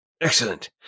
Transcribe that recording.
Excellent